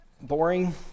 boring